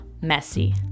Messy